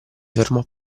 fermò